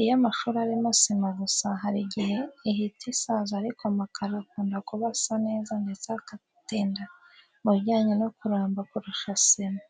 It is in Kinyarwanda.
Iyo amashuri arimo sima gusa hari igihe ihita isaza ariko amakaro akunda kuba asa neza ndetse akanatinda mu bijyanye no kuramba kurusha sima.